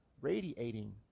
radiating